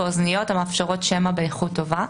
ואוזניות המאפשרות שמע באיכות טובה,